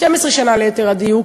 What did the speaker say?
12 שנים ליתר דיוק,